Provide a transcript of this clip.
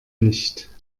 nicht